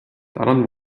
daran